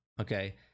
Okay